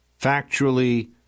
factually